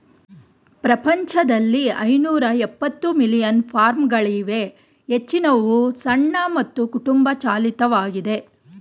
ಪ್ರಪಂಚದಲ್ಲಿ ಐನೂರಎಪ್ಪತ್ತು ಮಿಲಿಯನ್ ಫಾರ್ಮ್ಗಳಿವೆ ಹೆಚ್ಚಿನವು ಸಣ್ಣ ಮತ್ತು ಕುಟುಂಬ ಚಾಲಿತವಾಗಿದೆ